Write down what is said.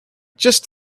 just